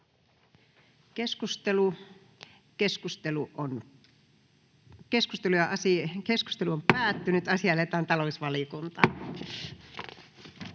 Keskustelu on päättynyt. Asia lähetetään talousvalio...